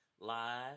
Live